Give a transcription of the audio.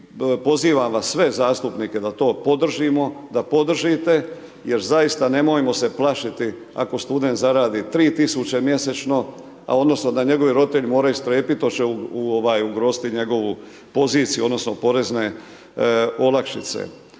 pozivam vas sve zastupnike da to podržimo, da podržite, jer zaista nemojmo se plašiti ako student zaradi 3 tisuće mjesečno, a odnosno da njegovi roditelji moraju strepiti hoće li ugroziti njegovu poziciju odnosno porezne olakšice.